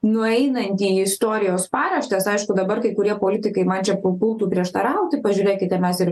nueinant į istorijos paraštes aišku dabar kai kurie politikai man čia pa papultų prieštarauti pažiūrėkite mes ir